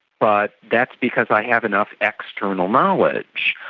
but that's because i have enough external knowledge.